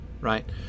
Right